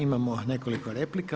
Imamo nekoliko replika.